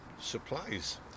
supplies